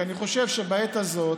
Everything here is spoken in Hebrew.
כי אני חושב שבעת הזאת